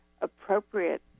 appropriate